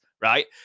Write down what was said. right